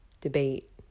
debate